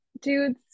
dudes